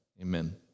Amen